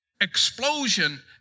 explosion